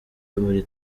buri